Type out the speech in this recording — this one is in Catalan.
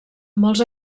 molts